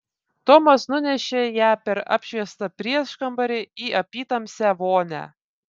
tomas nunešė ją per apšviestą prieškambarį į apytamsę vonią